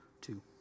two